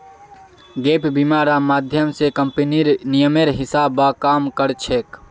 gap बीमा र माध्यम स कम्पनीर नियमेर हिसा ब काम कर छेक